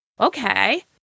okay